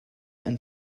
and